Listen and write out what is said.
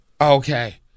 Okay